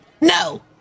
no